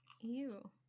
Ew